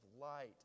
light